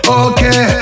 okay